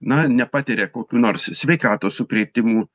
na nepatiria kokių nors sveikatos sukrėtimų